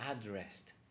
addressed